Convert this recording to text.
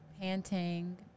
panting